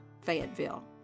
Fayetteville